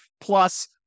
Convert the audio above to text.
Plus